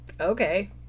Okay